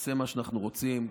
נעשה מה שאנחנו רוצים.